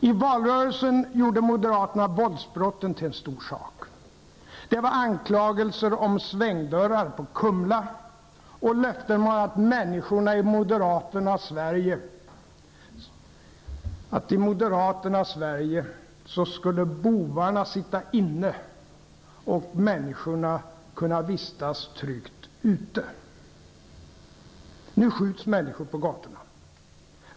I valrörelsen gjorde moderaterna våldsbrotten till en stor sak. Det var anklagelser om svängdörrar på Kumla och löften om att i moderaternas Sverige skulle bovarna sitta inne och människorna kunna vistas tryggt ute. Nu skjuts människor på gatorna.